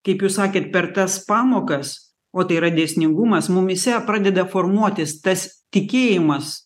kaip jūs sakėt per tas pamokas o tai yra dėsningumas mumyse pradeda formuotis tas tikėjimas